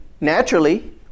naturally